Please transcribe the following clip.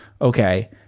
okay